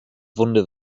wunder